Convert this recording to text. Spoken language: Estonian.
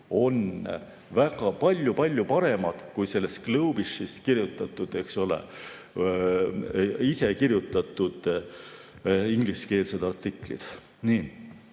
on palju-palju paremad kui sellesglobish'is kirjutatud, eks ole, ise kirjutatud ingliskeelsed artiklid.